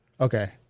Okay